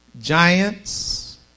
Giants